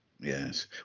Yes